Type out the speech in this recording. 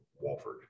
Walford